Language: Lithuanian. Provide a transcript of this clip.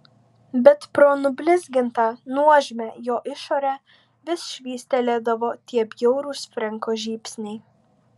bet pro nublizgintą nuožmią jo išorę vis švystelėdavo tie bjaurūs frenko žybsniai